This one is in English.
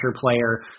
player